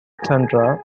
tundra